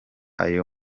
ayo